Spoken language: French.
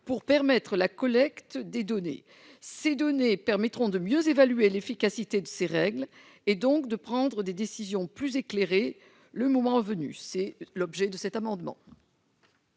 pour permettre la collecte des données ces données permettront de mieux évaluer l'efficacité de ces règles et donc de prendre des décisions plus éclairées le moment venu, c'est l'objet de cet amendement.